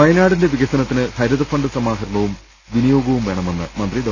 വയനാടിന്റെ വികസനത്തിന് ഹരിത ഫണ്ട് സമാഹരണവും വിനിയോഗവും വേണമെന്ന് മന്ത്രി ഡോ